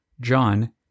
John